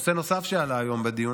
נושא נוסף שעלה היום בדיון,